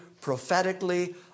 prophetically